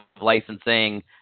licensing